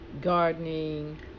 gardening